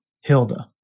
Hilda